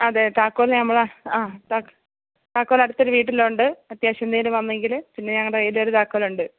അതെ താക്കോൽ നമ്മള് ആ താക്ക് താക്കോൽ അടുത്തൊരു വീട്ടിലുണ്ട് അത്യാവശ്യം എന്തേലും വന്നെങ്കില് പിന്നെ ഞങ്ങളുടെ കയ്യിലൊരു താക്കോലുണ്ട്